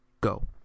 go